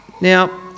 Now